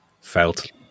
felt